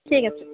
ঠিক আছে